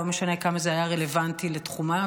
לא משנה כמה זה היה רלוונטי לתחומה.